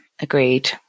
agreed